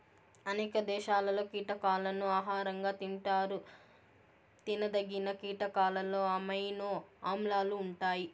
అనేక దేశాలలో కీటకాలను ఆహారంగా తింటారు తినదగిన కీటకాలలో అమైనో ఆమ్లాలు ఉంటాయి